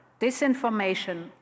disinformation